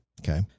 Okay